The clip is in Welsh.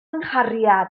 nghariad